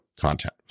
content